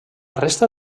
resta